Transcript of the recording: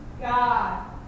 God